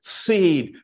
seed